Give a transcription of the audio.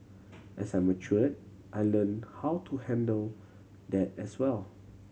as I matured I learnt how to handle that as well